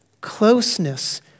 Closeness